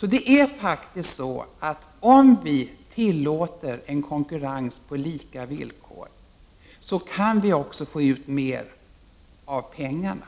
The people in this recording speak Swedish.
Det är faktiskt så, att om vi tillåter en konkurrens på lika villkor, kan vi också få ut mer av pengarna.